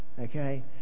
Okay